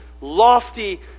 lofty